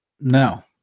no